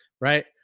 Right